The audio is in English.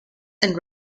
and